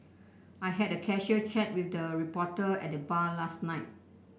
I had a casual chat with the reporter at the bar last night